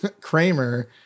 Kramer